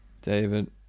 David